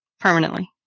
permanently